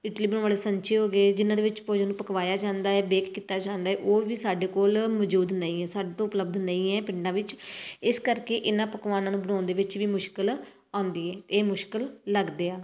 ਇਡਲੀ ਬਣਾਉਣ ਵਾਲੇ ਸਾਂਚੇ ਹੋ ਗਏ ਜਿਨ੍ਹਾਂ ਦੇ ਵਿੱਚ ਭੋਜਨ ਪਕਾਇਆ ਜਾਂਦਾ ਹੈ ਬੇਕ ਕੀਤਾ ਜਾਂਦਾ ਉਹ ਵੀ ਸਾਡੇ ਕੋਲ ਮੌਜੂਦ ਨਹੀਂ ਹੈ ਸਾਡੇ ਤੋਂ ਉਪਲਬਧ ਨਹੀਂ ਹੈ ਪਿੰਡਾਂ ਵਿੱਚ ਇਸ ਕਰਕੇ ਇਹਨਾਂ ਪਕਵਾਨਾਂ ਨੂੰ ਬਣਾਉਣ ਦੇ ਵਿੱਚ ਵੀ ਮੁਸ਼ਕਲ ਆਉਂਦੀ ਹੈ ਇਹ ਮੁਸ਼ਕਲ ਲੱਗਦੇ ਆ